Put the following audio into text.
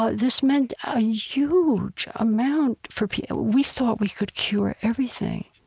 ah this meant a huge amount for people. we thought we could cure everything,